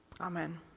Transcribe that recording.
Amen